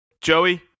joey